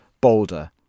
Boulder